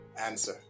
answer